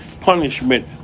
punishment